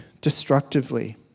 destructively